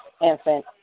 infant